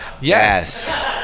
Yes